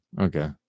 Okay